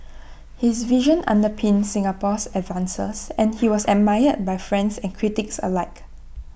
his vision underpinned Singapore's advances and he was admired by friends and critics alike